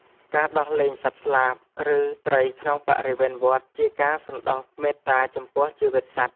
ការដោះលែងសត្វស្លាប ឬត្រីក្នុងបរិវេណវត្ត ជាការសន្តោសមេត្តាចំពោះជីវិតសត្វ។